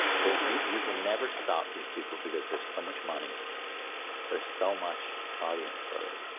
there's me you can never stop these people because there's so much money there's so much audience for it,